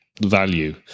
value